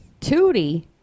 Tootie